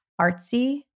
artsy